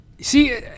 See